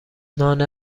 نان